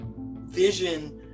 vision